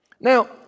Now